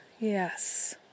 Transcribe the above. Yes